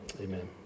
Amen